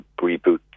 reboot